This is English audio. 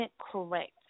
correct